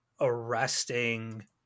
arresting